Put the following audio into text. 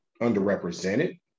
underrepresented